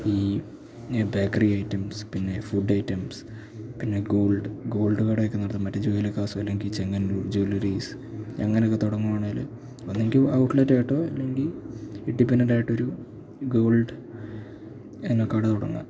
ഈ bakery items പിന്നെ food items പിന്നെ ഗോൾഡ് ഗോൾഡ് കടയൊക്കെ നടത്തുക മറ്റേ ജോയ് ആലുക്കാസോ അല്ലെങ്കില് ചെമ്മണ്ണൂർ ജ്വല്ലറീസ് അങ്ങനെയൊക്കെ തുടങ്ങുകയാണെങ്കില് ഒന്നെങ്കില് ഔട്ട്ലെറ്റ് ആയിട്ടോ അല്ലെങ്കില് ഇൻഡിപെൻഡൻ്റായിട്ടൊരു ഗോൾഡ് എന്ന കട തുടങ്ങുക